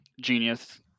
genius